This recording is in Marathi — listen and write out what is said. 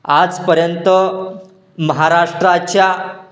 आजपर्यंत महाराष्ट्राच्या